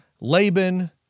Laban